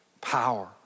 power